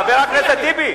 חבר הכנסת טיבי.